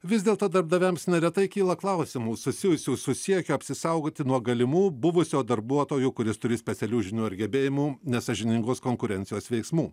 vis dėl to darbdaviams neretai kyla klausimų susijusių su siekiu apsisaugoti nuo galimų buvusio darbuotojo kuris turi specialių žinių ar gebėjimų nesąžiningos konkurencijos veiksmų